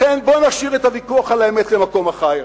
לכן, בוא נשאיר את הוויכוח על האמת למקום אחר.